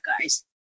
guys